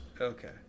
Okay